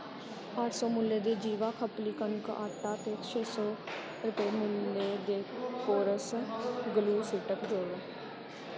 अट्ठ सौ मुल्लै दे जीवा खपली कनक आटा ते छे सौ रपेंऽ मुल्लै दे कोरस ग्लू स्टिक जोड़ो